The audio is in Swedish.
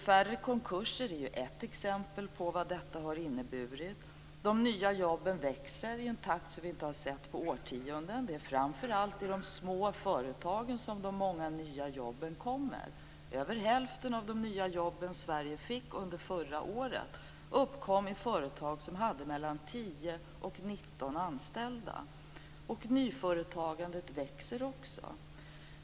Färre konkurser är ett exempel på vad det har inneburit. De nya jobben växer i en takt som vi inte har sett på årtionden, och det är framför allt i de små företagen som de många nya jobben kommer. Över hälften av de nya jobben som Sverige fick under förra året uppkom i företag som hade mellan 10 och 19 anställda. Nyföretagandet växer också.